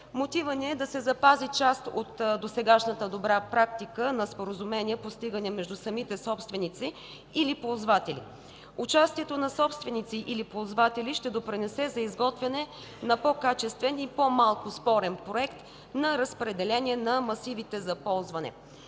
Мотивът ни е да се запази част от досегашната добра практика на споразумения, постигани между самите собственици или ползватели. Участието на собственици или ползватели ще допринесе за изготвяне на по-качествен и по-малко спорен проект на разпределение на масивите за ползване.